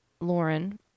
Lauren